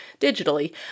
digitally